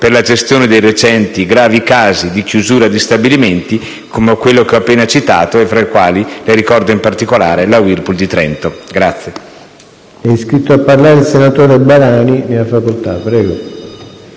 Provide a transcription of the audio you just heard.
per la gestione dei recenti gravi casi di chiusura di stabilimenti come quelli che ho appena citato e fra i quali le ricordo, in particolare, la Whirlpool di Trento.